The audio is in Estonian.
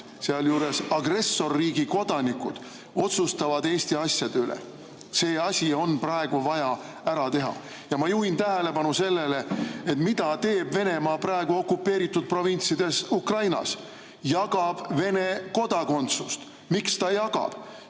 sealjuures agressorriigi kodanikud, otsustavad Eesti asjade üle. See asi on praegu vaja ära teha. Ja ma juhin tähelepanu sellele, mida teeb Venemaa praegu okupeeritud provintsides Ukrainas. Jagab Vene kodakondsust. Miks ta jagab?